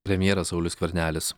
premjeras saulius skvernelis